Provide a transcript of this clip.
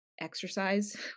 exercise